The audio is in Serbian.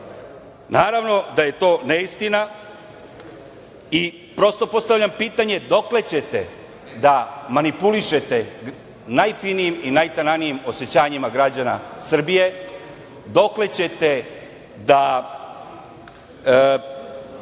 Naravno da je to neistina i prosto postavljam pitanje – dokle ćete da manipulišete najfinijim i najtananijim osećanjima građana Srbije? Dokle ćete da